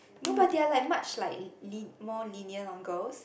no but they are like much like li~ more lenient on girls